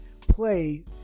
play